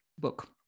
book